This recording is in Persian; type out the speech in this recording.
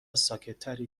ساکتتری